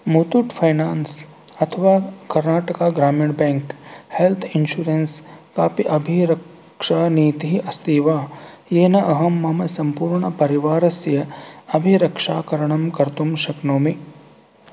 Muthoot finance अथवा Karnataka Gramin bank health insurance कापि अभिरक्षानीतिः अस्ति वा येन अहं मम सम्पूर्णपरिवारस्य अभिरक्षाकरणं कर्तुं शक्नोमि